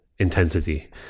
intensity